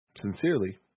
Sincerely